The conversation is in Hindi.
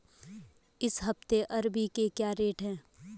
इस हफ्ते अरबी के क्या रेट हैं?